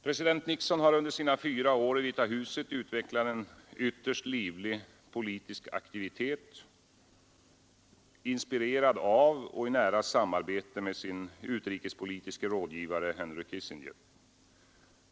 President Nixon har under sina fyra år i Vita huset utvecklat en ytterst livlig politisk aktivitet, inspirerad av och i nära samarbete med sin utrikespolitiske rådgivare Henry Kissinger.